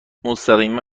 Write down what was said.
مستقیما